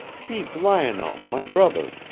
keep lionel, my brother,